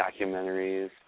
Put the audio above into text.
documentaries